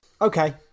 Okay